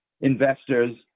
investors